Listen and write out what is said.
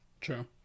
True